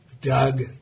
Doug